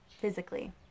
Physically